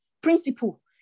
Principle